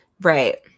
Right